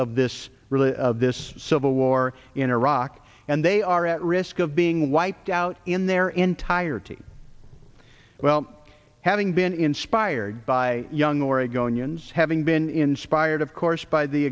of this civil war in iraq and they are at risk of being wiped out in their entirety well having been inspired by young oregonians having been inspired of course by the